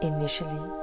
Initially